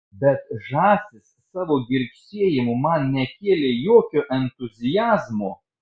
bet žąsis savo girgsėjimu man nekėlė jokio entuziazmo